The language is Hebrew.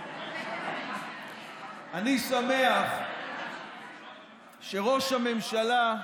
אני שמח שראש הממשלה עדיין,